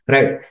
Right